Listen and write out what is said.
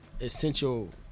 essential